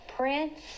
Prince